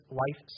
life